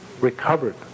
recovered